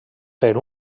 per